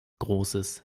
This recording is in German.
großes